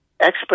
expert